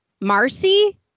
Marcy